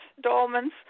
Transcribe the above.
dolmens